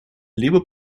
либо